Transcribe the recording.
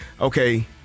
okay –